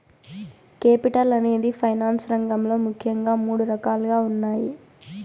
capital అనేది finance రంగంలో ముఖ్యంగా మూడు రకాలుగా ఉన్నాయి